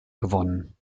gewonnen